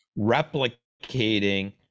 replicating